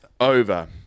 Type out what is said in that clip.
over